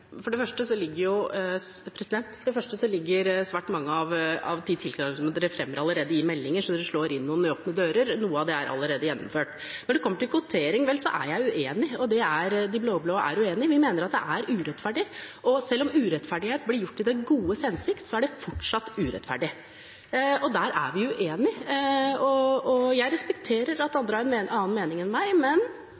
For det første ligger svært mange av de tiltakene som opposisjonen fremmer, allerede i meldingen, så man slår inn åpne dører. Noe av det er allerede gjennomført. Når det kommer til kvotering, er jeg uenig, og de blå-blå er uenig. Vi mener at det er urettferdig, og selv om det urettferdige blir gjort i det godes hensikt, er det fortsatt urettferdig. Så der er vi uenige. Jeg respekterer at